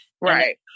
Right